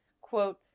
quote